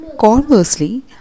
conversely